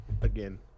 again